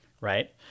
right